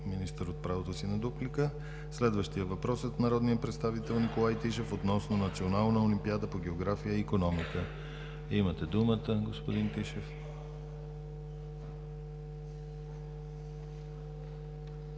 Министър, от правото си на дуплика. Следващият въпрос е от народния представител Николай Тишев относно Национална олимпиада по география и икономика. Имате думата, господин Тишев.